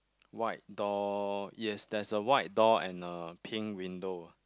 white door yes there's a white door and a pink window ah